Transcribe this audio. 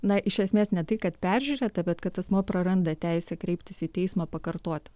na iš esmės ne tai kad peržiūrėta bet kad asmuo praranda teisę kreiptis į teismą pakartoti